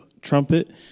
trumpet